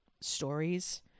stories